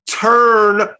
turn